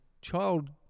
child